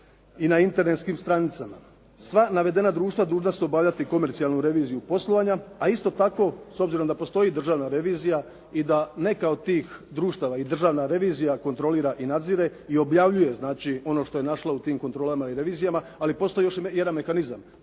i na internetskim stranicama. Sva navedena društva dužna su obavljati komercijalnu reviziju poslovanja, a isto tako s obzirom da postoji državna revizija, i da neka od tih društava i državna revizija kontrolira i nadzire i objavljuje znači ono što je našla u tim kontrolama i revizijama. Ali postoji još jedan mehanizam.